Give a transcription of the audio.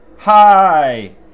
Hi